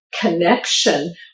connection